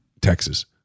Texas